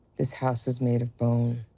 this house is made of bone.